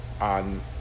on